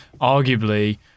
arguably